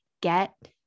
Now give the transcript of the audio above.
get